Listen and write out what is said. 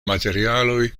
materialoj